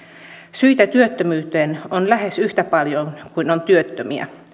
syitä työttömyyteen on lähes yhtä paljon kuin on työttömiä